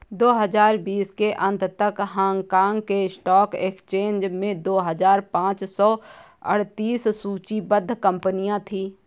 दो हजार बीस के अंत तक हांगकांग के स्टॉक एक्सचेंज में दो हजार पाँच सौ अड़तीस सूचीबद्ध कंपनियां थीं